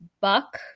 buck